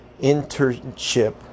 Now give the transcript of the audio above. internship